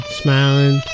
smiling